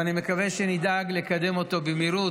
ואני מקווה שנדאג לקדם אותו במהירות,